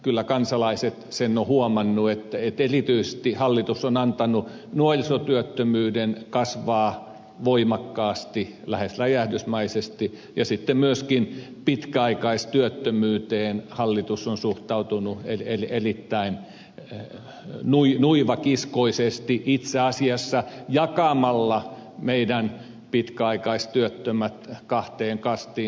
kyllä kansalaiset sen ovat huomanneet että erityisesti hallitus on antanut nuorisotyöttömyyden kasvaa voimakkaasti lähes räjähdysmäisesti ja sitten myöskin pitkäaikaistyöttömyyteen hallitus on suhtautunut erittäin nuivakiskoisesti itse asiassa jakamalla pitkäaikaistyöttömät kahteen kastiin